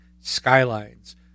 Skylines